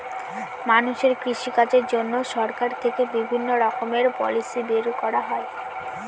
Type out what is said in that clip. মানুষের কৃষিকাজের জন্য সরকার থেকে বিভিণ্ণ রকমের পলিসি বের করা হয়